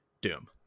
Doom